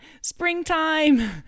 springtime